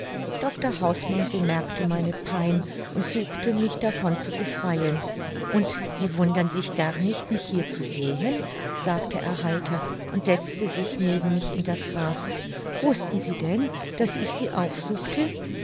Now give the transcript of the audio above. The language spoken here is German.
dr hausmann bemerkte meine pein und suchte mich davon zu befreien und sie wundern sich gar nicht mich hier zu sehen sagte er heiter und setzte sich neben mich in das gras wußten sie denn daß ich sie aufsuchte